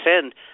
send